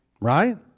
Right